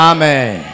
Amen